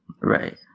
Right